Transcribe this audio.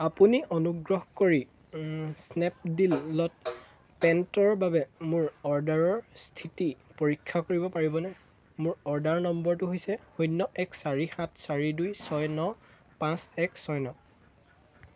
আপুনি অনুগ্ৰহ কৰি স্নেপডীলত পেণ্টৰ বাবে মোৰ অৰ্ডাৰৰ স্থিতি পৰীক্ষা কৰিব পাৰিবনে মোৰ অৰ্ডাৰ নম্বৰটো হৈছে শূন্য এক চাৰি সাত চাৰি দুই ছয় ন পাঁচ এক ছয় ন